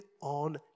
on